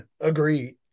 agreed